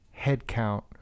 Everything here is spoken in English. headcount